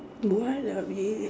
what are we